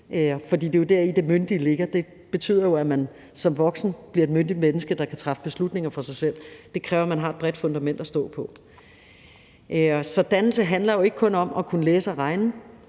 For det er jo deri, det myndige ligger, og det betyder jo, at man som voksen bliver et myndigt menneske, der kan træffe beslutninger for sig selv. Det kræver, at man har et bredt fundament at stå på. Så dannelse handler jo ikke kun om at kunne læse og regne,